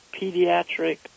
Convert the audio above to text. pediatric